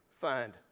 find